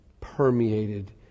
permeated